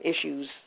issues